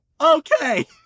Okay